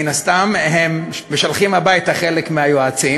מן הסתם הם משלחים הביתה חלק מהיועצים,